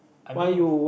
I mean